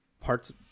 parts